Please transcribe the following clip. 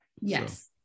Yes